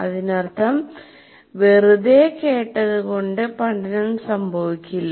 അതിനർത്ഥം വെറുതെ കേട്ടതു കൊണ്ട് പഠനം സംഭവിക്കില്ല